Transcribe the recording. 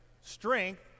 strength